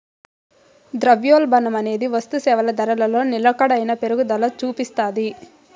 ద్రవ్యోల్బణమనేది వస్తుసేవల ధరలో నిలకడైన పెరుగుదల సూపిస్తాది